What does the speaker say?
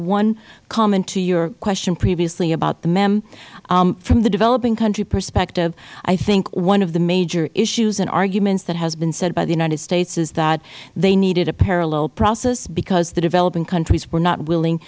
one comment to your question previously about the memo from the developing country perspective i think one of the major issues and arguments that has been said by the united states is that they needed a parallel process because the developing countries were not willing